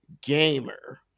gamer